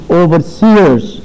overseers